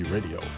Radio